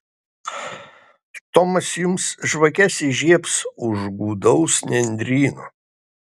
tomas jums žvakes įžiebs už gūdaus nendryno